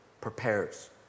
prepares